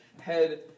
head